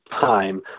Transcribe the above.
time